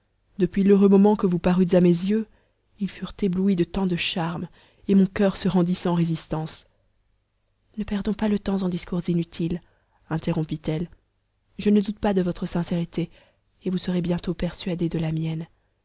depuis l'heureux moment que vous parûtes à mes yeux ils furent éblouis de tant de charmes et mon coeur se rendit sans résistance ne perdons pas le temps en discours inutiles interrompit-elle je ne doute pas de votre sincérité et vous serez bientôt persuadé de la mienne